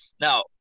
Now